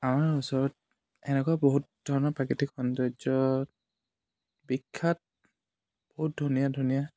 আমাৰ ওচৰত এনেকুৱা বহুত ধৰণৰ প্ৰাকৃতিক সৌন্দৰ্য্য বিখ্যাত বহুত ধুনীয়া ধুনীয়া